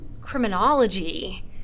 criminology